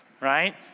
right